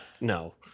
no